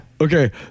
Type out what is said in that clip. Okay